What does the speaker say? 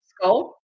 skull